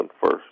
first